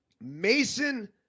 Mason